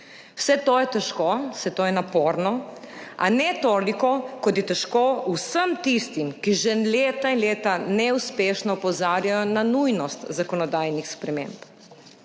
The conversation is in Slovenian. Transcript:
Vse to je težko, vse to je naporno, a ne toliko, kot je težko vsem tistim, ki že leta in leta neuspešno opozarjajo na nujnost zakonodajnih sprememb.